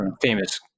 famous